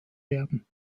werden